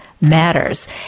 Matters